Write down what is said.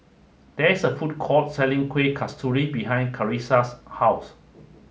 there is a food court selling Kueh Kasturi behind Carisa's house